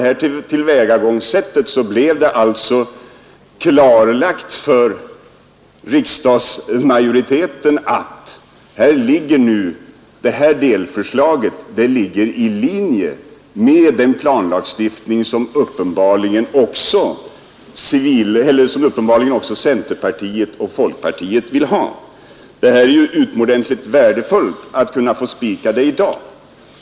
Härigenom blev det alltså klarlagt att detta delförslag ligger i linje med den planlagstiftning som uppenbarligen också centerpartiet och folkpartiet vill ha. Detta är utomordentligt värdefullt att kunna fastställa i dag.